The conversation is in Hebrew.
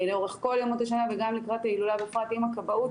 לאורך כל ימות השנה וגם לקראת ההילולה בפרט עם הכבאות,